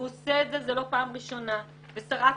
והוא עושה את זה לא בפעם הראשונה, ושרת